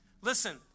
Listen